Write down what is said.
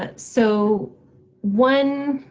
and so one,